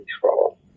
control